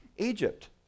Egypt